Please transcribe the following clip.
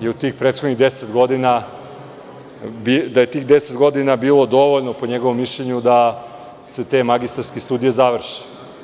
je tih prethodnih 10 godina bilo dovoljno po njegovom mišljenju da se te magistarske studije završe.